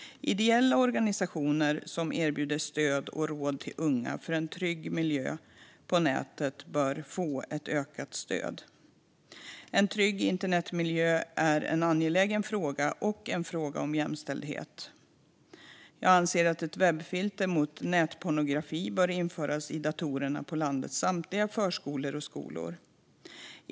Ideella organisationer som erbjuder stöd och råd till unga för en trygg miljö på nätet bör få ett ökat stöd. En trygg internetmiljö är en angelägen fråga och en fråga om jämställdhet. Jag anser att webbfilter mot nätpornografi bör införas i datorerna på landets samtliga förskolor och skolor.